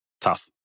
tough